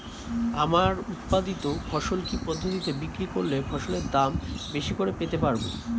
আমার উৎপাদিত ফসল কি পদ্ধতিতে বিক্রি করলে ফসলের দাম বেশি করে পেতে পারবো?